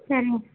சரிங்